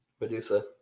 Medusa